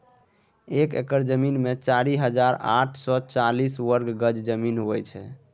एक एकड़ जमीन मे चारि हजार आठ सय चालीस वर्ग गज जमीन होइ छै